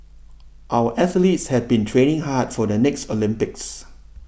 our athletes have been training hard for the next Olympics